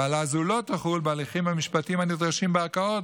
הגבלה זו לא תחול בהליכים המשפטיים הנדרשים בערכאות